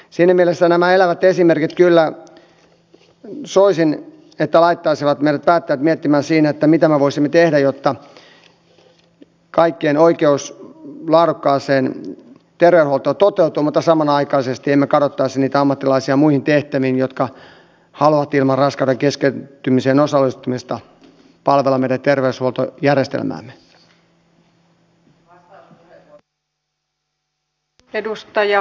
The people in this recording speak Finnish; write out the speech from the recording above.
siinä mielessä kyllä soisin että nämä elävät esimerkit laittaisivat meidän päättäjät miettimään mitä me voisimme tehdä jotta kaikkien oikeus laadukkaaseen terveydenhuoltoon toteutuu mutta samanaikaisesti emme kadottaisi muihin tehtäviin niitä ammattilaisia jotka haluavat ilman raskauden keskeytymiseen osallistumista palvella meidän terveydenhuoltojärjestelmäämme